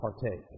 partake